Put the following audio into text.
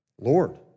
Lord